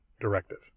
Directive